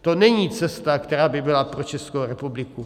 To není cesta, která by byla pro Českou republiku.